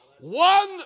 One